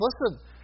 listen